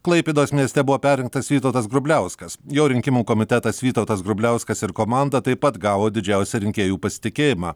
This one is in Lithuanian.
klaipėdos mieste buvo perrinktas vytautas grubliauskas jo rinkimų komitetas vytautas grubliauskas ir komanda taip pat gavo didžiausią rinkėjų pasitikėjimą